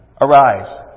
Arise